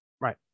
Right